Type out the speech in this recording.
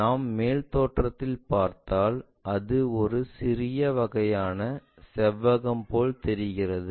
நாம் மேல் தோற்றத்தில் பார்த்தால் அது ஒரு சிறிய வகையான செவ்வகம் போல் தெரிகிறது